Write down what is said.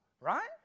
right